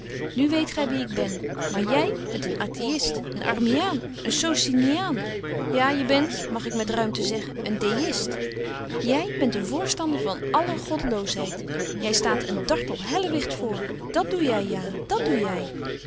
nu weet gy wie ik ben maar jy bent een atheïst een armiaan een sociniaan ja je bent mag ik met ruimte zeggen een deïst jy bent een voorstander van alle godloosheid jy staat een dartel hellewigt voor dat doe jy ja dat doe jy